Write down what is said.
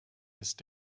ist